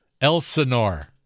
Elsinore